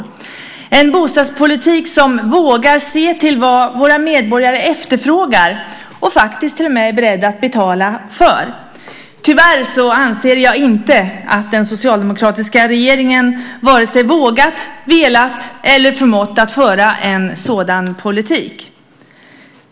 Det är en bostadspolitik som vågar se till vad våra medborgare efterfrågar och faktiskt till och med är beredda att betala för. Tyvärr anser jag inte att den socialdemokratiska regeringen vare sig vågat, velat eller förmått att föra en sådan politik.